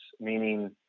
Meaning